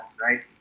right